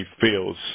feels